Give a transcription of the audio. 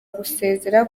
gusezera